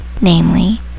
namely